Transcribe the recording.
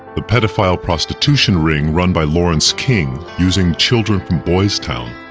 the pedophile prostitution ring run by lawrence king, using children from boy's town,